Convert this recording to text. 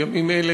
בימים אלה,